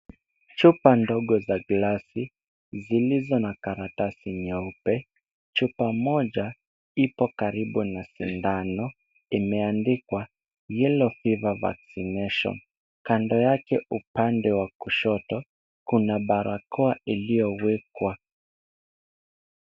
Chupa ndogo za glasi zilizo na karatasi nyeupe. Chupa moja ipo karibu na sindano. Imeandikwa yellow fever vaccination . Kando yake upande wa kushoto, kuna barakoa iliyowekwa.